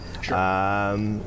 Sure